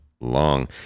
long